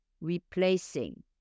replacing